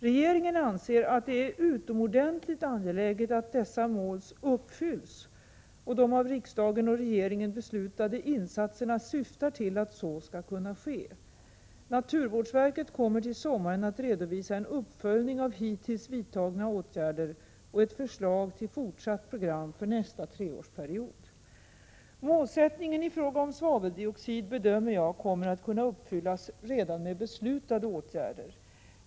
Regeringen anser att det är utomordentligt angeläget att dessa mål uppfylls och att de av riksdagen och regeringen beslutade insatserna syftar till att så skall kunna ske. Naturvårdsverket kommer till sommaren att redovisa en uppföljning av hittills vidtagna åtgärder och ett förslag till fortsatt program för nästa treårsperiod. Målsättningen i fråga om svaveldioxid bedömer jag kommer att kunna uppfyllas redan med beslutade åtgärder.